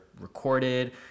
recorded